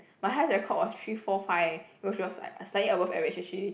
my highest record was three four five which was like slightly above average actually